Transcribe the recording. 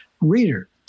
reader